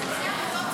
ההצעה להעביר